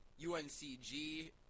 UNCG